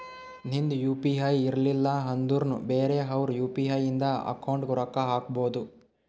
ನಿಂದ್ U P I ಇರ್ಲಿಲ್ಲ ಅಂದುರ್ನು ಬೇರೆ ಅವ್ರದ್ ಯು.ಪಿ.ಐ ಇಂದ ಅಕೌಂಟ್ಗ್ ರೊಕ್ಕಾ ಹಾಕ್ಬೋದು